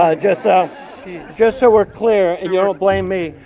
ah just so just so we're clear and you won't blame me.